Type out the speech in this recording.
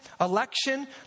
Election